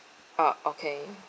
ah okay